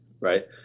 right